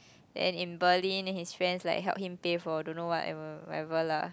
and in Berlin his friends like help him pay for don't know what whatever lah